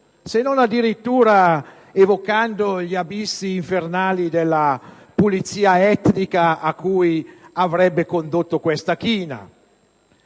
se non addirittura evocando gli abissi infernali della pulizia etnica, a cui avrebbe condotto questa china.